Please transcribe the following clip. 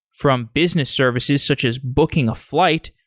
from business services such as booking a flight,